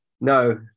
No